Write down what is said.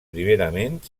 primerament